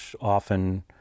often